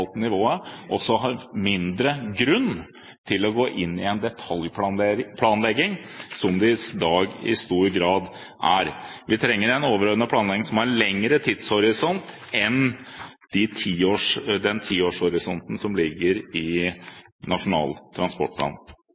folkevalgte nivået har mindre grunn til å gå inn i en detaljplanlegging, slik det i stor grad er i dag. Vi trenger en overordnet planlegging som har lengre tidshorisont enn den tiårshorisonten som ligger i Nasjonal transportplan.